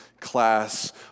class